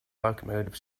locomotive